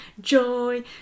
joy